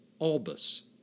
albus